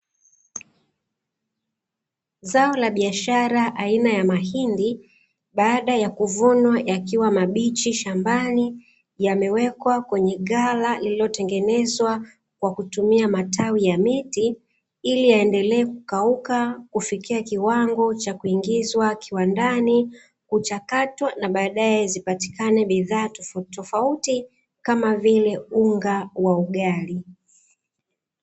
Zao la biashara aina ya mahindi baada ya kuvunwa yakiwa mabichi shambani yamewekwa kwenye ghala lililotengenezwa kwa kutumia matawi ya miti, ili yaendelee kukauka kufikia kiwango cha kuingizwa kiwandani kuchakatwa na baadae zipatikane bidhaa tofauti tofauti kama vile unga wa ugali.